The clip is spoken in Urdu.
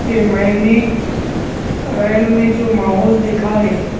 کہ میں نے ریل میں جو ماحول دیکھا ہے